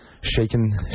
shaking